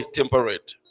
temperate